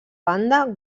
banda